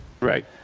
Right